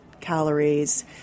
calories